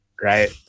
Right